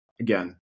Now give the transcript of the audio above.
again